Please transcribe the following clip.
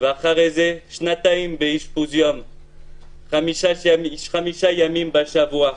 ואחרי זה שנתיים באשפוז יום, חמישה ימים בשבוע,